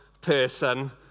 person